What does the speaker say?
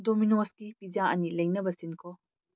ꯗꯣꯃꯤꯅꯣꯁꯀꯤ pizza ꯑꯅꯤ ꯂꯩꯅꯕ ꯁꯤꯟꯈꯣ